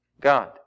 God